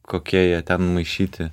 kokie jie ten maišyti